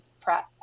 prep